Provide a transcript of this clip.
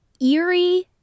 eerie